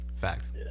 facts